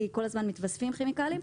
כי כל הזמן מתווספים כימיקלים.